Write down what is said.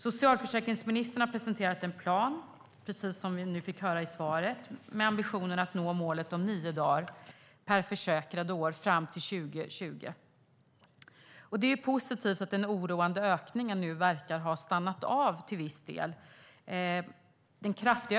Precis som vi nu fick höra i svaret har socialförsäkringsministern presenterat en plan med ambitionen att nå målet om nio dagar per försäkrad och år fram till år 2020. Det är positivt att den oroande ökningen nu verkar ha stannat av till viss del.